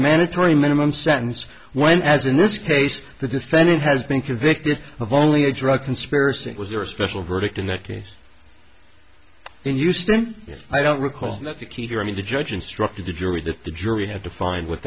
mandatory minimum sentence when as in this case the defendant has been convicted of only a drug conspiracy was there a special verdict in that case and used them i don't recall that the key here i mean the judge instructed the jury that the jury had to find with